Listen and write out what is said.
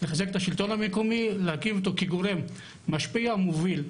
שיהיה גורם משפיע ומוביל.